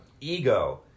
ego